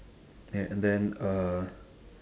a~ and then uh